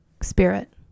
spirit